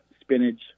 spinach